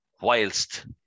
whilst